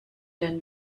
denn